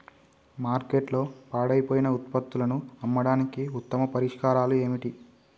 మార్కెట్లో పాడైపోయిన ఉత్పత్తులను అమ్మడానికి ఉత్తమ పరిష్కారాలు ఏమిటి?